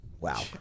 wow